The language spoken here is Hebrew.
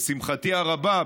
לשמחתי הרבה,